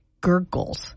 gurgles